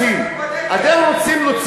אתם רוצים לעשות?